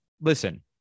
listen